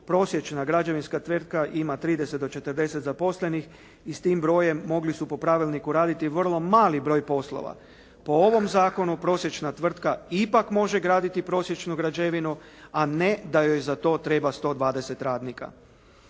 prosječna građevinska tvrtka ima 30 do 40 zaposlenih i s tim brojem mogli su po pravilniku raditi vrlo mali broj poslova. Po ovom zakonu prosječna tvrtka ipak može graditi prosječnu građevinu, a ne da joj za to treba 120 radnika.